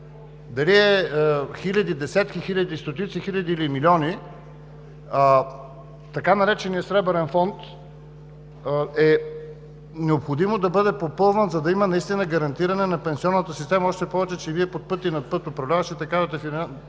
дали е хиляди, десетки хиляди, стотици хиляди, или милиони, така нареченият Сребърен фонд е необходимо да бъде попълван, за да има наистина гарантиране на пенсионната система, още повече, че Вие под път и над път управляващите, казвате,